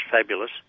fabulous